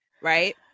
Right